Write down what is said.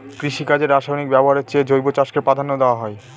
কৃষিকাজে রাসায়নিক ব্যবহারের চেয়ে জৈব চাষকে প্রাধান্য দেওয়া হয়